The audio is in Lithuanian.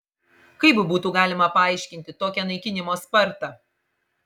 kaip būtų galima paaiškinti tokią naikinimo spartą